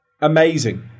amazing